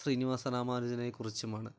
ശ്രീനിവാസ രാമാനുജനെ കുറിച്ചുമാണ്